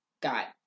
got